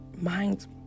minds